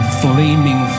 flaming